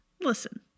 listen